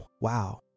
wow